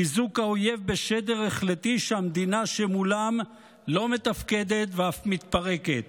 חיזוק האויב בשדר החלטי שהמדינה שמולו לא מתפקדת ואף מתפרקת.